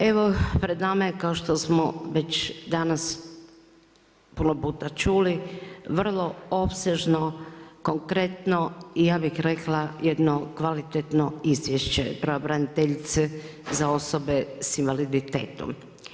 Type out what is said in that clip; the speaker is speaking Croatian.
Evo, pred nama je kao što smo već danas puno puta čuli vrlo opsežno, konkretno i ja bih rekla jedno kvalitetno izvješće pravobraniteljice za osobe sa invaliditetom.